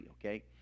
okay